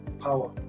power